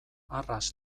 arras